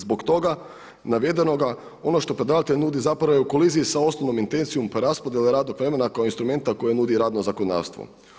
Zbog toga navedenoga ono što predlagatelj nudi zapravo je u koliziji sa osnovnom intencijom preraspodjele radnog vremena kao instrumenta koje nudi radno zakonodavstvo.